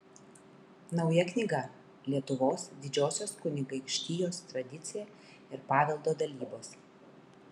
nauja knyga lietuvos didžiosios kunigaikštijos tradicija ir paveldo dalybos